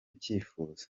cyifuzo